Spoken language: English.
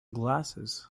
glasses